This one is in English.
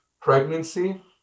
Pregnancy